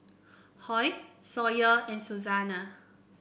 Hoy Sawyer and Susanna